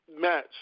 match